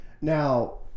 now